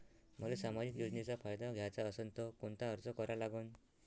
मले सामाजिक योजनेचा फायदा घ्याचा असन त कोनता अर्ज करा लागन?